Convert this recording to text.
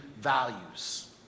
values